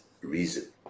reason